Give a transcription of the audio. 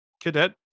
cadet